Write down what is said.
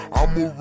I'ma